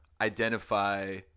identify